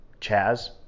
Chaz